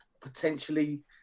potentially